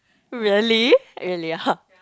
really really !huh!